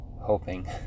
hoping